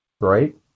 Right